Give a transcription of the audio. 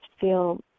feel